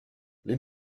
les